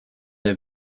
der